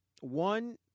one